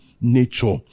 nature